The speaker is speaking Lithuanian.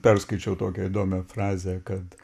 perskaičiau tokią įdomią frazę kad